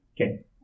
Okay